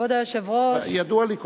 כבוד היושב-ראש ידוע לי.